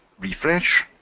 refresh,